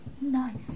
Nice